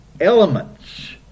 elements